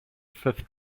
fifth